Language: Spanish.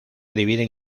dividen